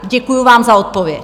Děkuju vám za odpověď.